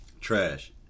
Trash